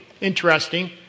Interesting